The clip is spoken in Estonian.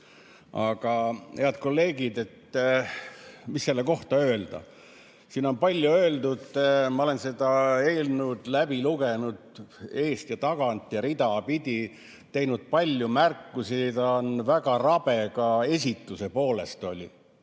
praegu. Head kolleegid! Mis selle kohta öelda? Siin on palju öeldud, ma olen selle eelnõu läbi lugenud eest ja tagant ja ridapidi, teinud palju märkusi. Ta on väga rabe ka esituse poolest,